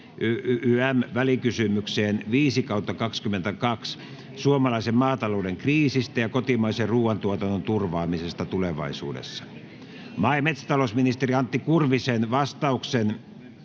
ym. välikysymykseen VK 5/2022 vp suomalaisen maatalouden kriisistä ja kotimaisen ruuantuotannon turvaamisesta tulevaisuudessa. Maa- ja metsätalousministeri Antti Kurvisen vastauksen